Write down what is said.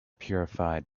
purified